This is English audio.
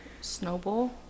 snowball